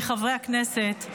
מחברי הכנסת,